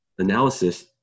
analysis